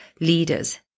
leaders